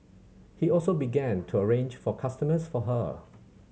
he also began to arrange for customers for her